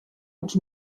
els